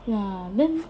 ya then